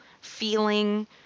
feeling